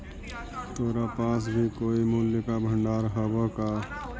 तोरा पास भी कोई मूल्य का भंडार हवअ का